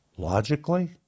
Logically